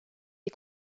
des